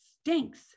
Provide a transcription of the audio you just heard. stinks